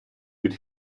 під